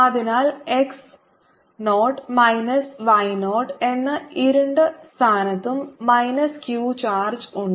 അതിനാൽ x 0 minus y 0 എന്ന ഇരുണ്ട സ്ഥാനത്തും മൈനസ് q ചാർജ് ഉണ്ട്